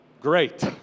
Great